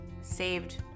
saved